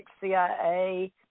CIA